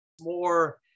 More